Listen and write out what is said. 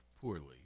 poorly